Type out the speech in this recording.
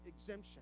exemption